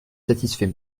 satisfait